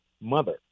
mother